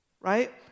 Right